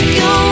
go